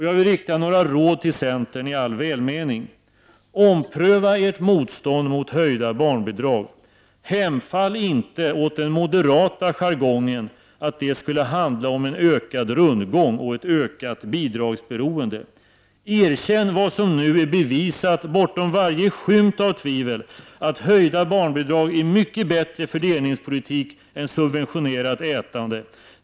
Jag vill ge några råd till centern, i all välmening: Ompröva ert motstånd mot höjda barnbidrag! Hemfall inte åt den moderata jargongen att det skulle handla om en ökad rundgång och ett ökat bidragsberoende! Erkänn vad som nu är bevisat, bortom varje skymt av tvivel, att höjda barnbidrag är en mycket bättre fördelningspolitik än subventionerat ätande.